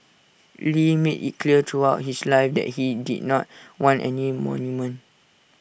lee made IT clear throughout his life that he did not want any monument